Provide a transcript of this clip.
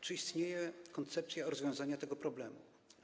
Czy istnieje koncepcja rozwiązania tego problemu?